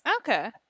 Okay